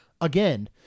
again